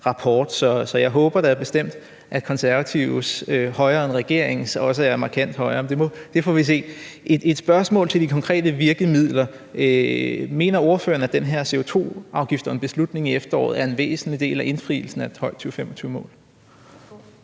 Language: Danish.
da bestemt, at Konservatives »højere end regeringens« også er markant højere, men det får vi se. Jeg har et spørgsmål til de konkrete virkemidler: Mener ordføreren, at den her CO2-afgift og en beslutning i efteråret er en væsentlig del af indfrielsen af et højt 2025-mål?